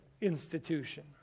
institution